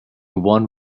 one